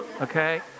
okay